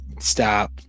stop